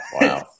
Wow